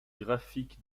graphique